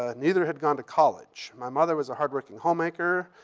ah neither had gone to college. my mother was a hardworking homemaker,